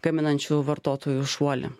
gaminančių vartotojų šuolį